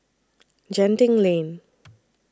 Genting Lane